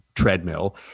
treadmill